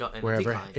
wherever